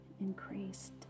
increased